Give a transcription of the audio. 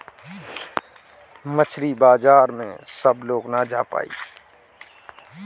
मछरी बाजार में सब लोग ना जा पाई